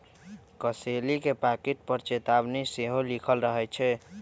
कसेली के पाकिट पर चेतावनी सेहो लिखल रहइ छै